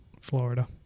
Florida